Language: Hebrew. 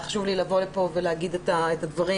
חשוב לי לבוא לפה ולהגיד את הדברים.